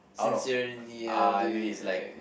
sincerely ya did it right